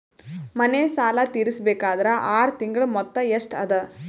ಮನೆ ಸಾಲ ತೀರಸಬೇಕಾದರ್ ಆರ ತಿಂಗಳ ಮೊತ್ತ ಎಷ್ಟ ಅದ?